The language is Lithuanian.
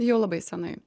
jau labai senai